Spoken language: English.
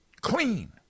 Clean